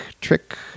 Trick